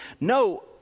No